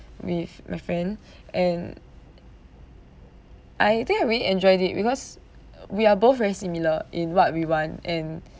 with my friend and uh I think I really enjoyed it because we are uh both very similar in what we want and